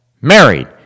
married